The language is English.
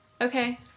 Okay